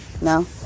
No